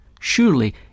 Surely